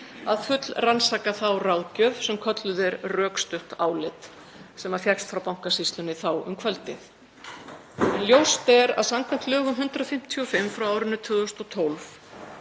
að fullrannsaka þá ráðgjöf sem kölluð er rökstutt álit sem fékkst frá Bankasýslunni þá um kvöldið. Ljóst er að samkvæmt lögum nr. 155/2012